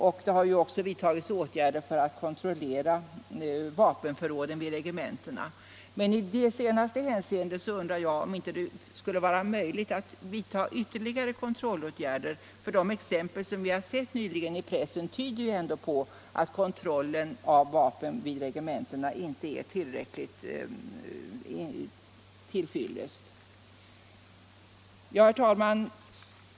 Åtgärder har ju också vidtagits för att kontrollera vapenförråden vid regementena, men i det hänseendet undrar jag om det inte skulle vara möjligt att vidta ytterligare kontrollåtgärder, eftersom de fall som vi har läst om i pressen ju ändå tyder på att kontrollen av vapnen vid regementena inte är tillräckligt effektiv. Herr talman!